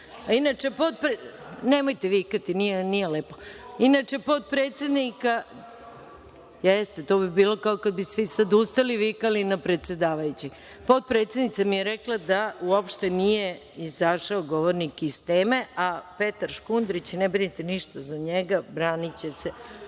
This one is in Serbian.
predsedavajućeg. Potpredsednica mi je rekla da uopšte nije izašao govornik iz teme, a Petar Škundrić, ne brinite ništa za njega, braniće se